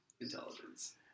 intelligence